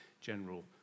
General